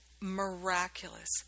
miraculous